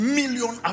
million